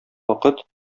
вакыт